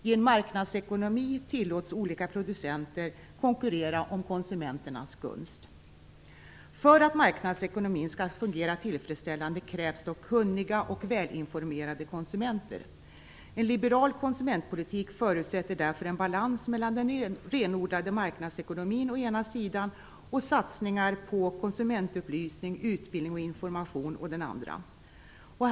I en marknadsekonomi tillåts olika producenter konkurrera om konsumenternas gunst. För att marknadsekonomin skall fungera tillfredsställande krävs dock kunniga och välinformerade konsumenter. En liberal konsumentpolitik förutsätter därför en balans mellan den renodlade marknadsekonomin å ena sidan och satsningar på konsumentupplysning, utbildning och information å andra sidan.